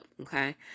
Okay